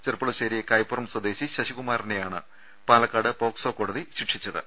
ചെർപ്പുളശ്ശേരി കൈപ്പുറം സ്വദേശി ശശികുമാറിനെയാണ് Palakkad POCSO കോടതി ശിക്ഷിച്ചത്